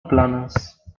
planes